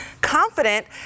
confident